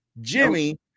Jimmy